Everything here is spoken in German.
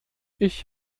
ich